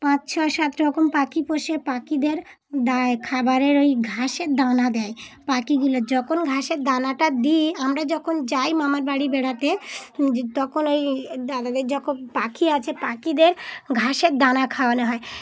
পাঁচ ছ সাত রকম পাখি পোষে পাখিদের দেয় খাবারের ওই ঘাসের দানা দেয় পাখিগুলো যখন ঘাসের দানাটা দিই আমরা যখন যাই মামার বাড়ি বেড়াতে তখন ওই দাদাদের যখন পাখি আছে পাখিদের ঘাসের দানা খাওয়ানো হয়